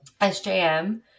SJM